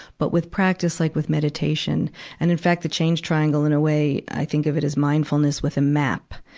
but with practice, like with meditation and, in fact, the change triangle, in a way, i think of it as mindfulness with a map.